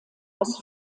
aus